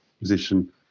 position